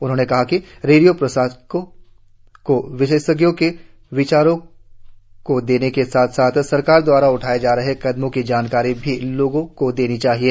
उन्होंने कहा कि रेडियो प्रसारकों को विशेषज्ञों के विचारों को देने के साथ साथ सरकार दवारा उठाए जा रहे कदमों की जानकारी भी लोगों को देनी चाहिए